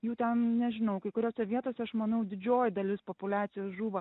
jų ten nežinau kai kuriose vietose aš manau didžioji dalis populiacijos žūva